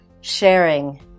sharing